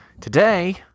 Today